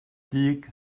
dug